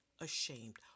ashamed